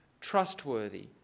trustworthy